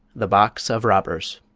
the box of robbers